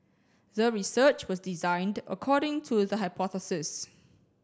the research was designed according to the hypothesis